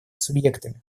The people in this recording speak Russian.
субъектами